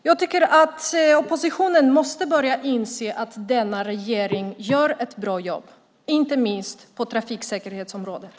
Jag tycker att oppositionen måste börja inse att denna regering gör ett bra jobb, inte minst på trafiksäkerhetsområdet.